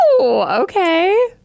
okay